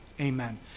Amen